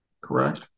correct